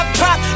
pop